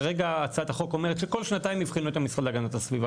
כרגע הצעת החוק אומרת שכל שנתיים יבחנו את המשרד להגנת הסביבה,